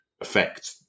affect